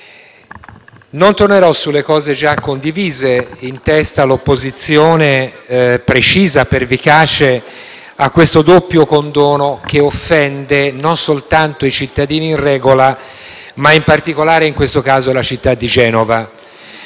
non tornerò sulle cose già condivise che motivano l’opposizione precisa e pervicace a questo doppio condono, che offende non soltanto i cittadini in regola, ma in particolare, in questo caso, la città di Genova.